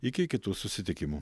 iki kitų susitikimų